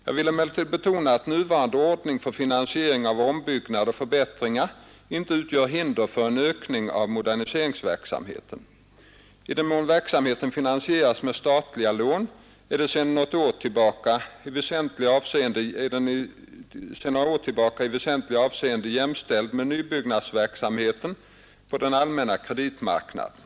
Jag vill emellertid betona att nuvarande ordning för finansiering av ombyggnader och förbättringar inte utgör hinder för en ökning av moderniseringsverksamheten. I den mån verksamheten finansieras med statliga lån är den sedan något år tillbaka i väsentliga avseenden jämställd med nybyggnadsverksamheten på den allmänna kreditmarknaden.